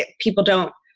ah people don't,